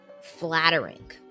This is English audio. flattering